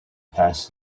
passed